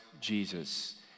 Jesus